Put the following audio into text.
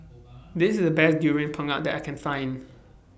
This IS The Best Durian Pengat that I Can Find